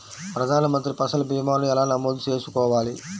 ప్రధాన మంత్రి పసల్ భీమాను ఎలా నమోదు చేసుకోవాలి?